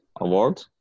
award